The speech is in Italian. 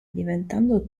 diventando